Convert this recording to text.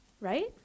right